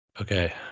okay